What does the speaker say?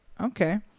Okay